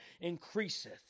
increaseth